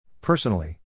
Personally